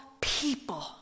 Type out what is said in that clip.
people